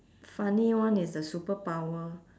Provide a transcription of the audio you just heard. funny one is the superpower